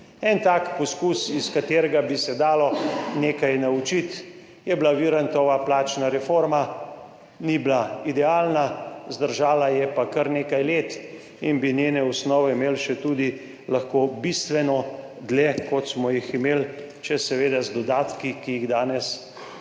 En tak poskus, iz katerega bi se dalo nekaj naučiti, je bila Virantova plačna reforma, ni bila idealna, zdržala je pa kar nekaj let in bi lahko njene osnove imeli še bistveno dlje, kot smo jih imeli, če seveda z dodatki, ki jih danes ne